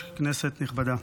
נכבדה,